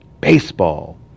baseball